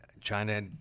China